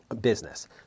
business